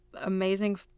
amazing